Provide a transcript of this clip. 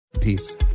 Peace